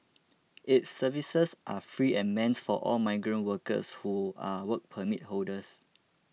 its services are free and meant for all migrant workers who are Work Permit holders